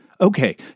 Okay